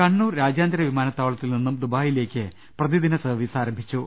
കണ്ണൂർ രാജ്യാന്തര വിമാനത്താവളത്തിൽ നിന്നും ദുബായിലേക്ക് പ്രതിദിന സർവ്വീസ് ആരംഭിച്ചു